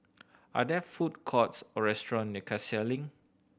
are there food courts or restaurants near Cassia Link